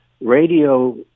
Radio